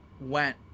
went